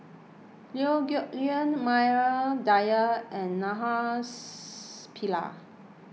Liew Geok Leong Maria Dyer and Naraina Pillai